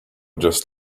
just